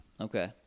Okay